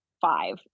five